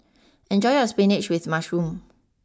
enjoy your spinach with Mushroom